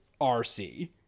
RC